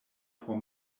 por